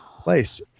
place